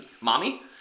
mommy